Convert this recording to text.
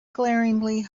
glaringly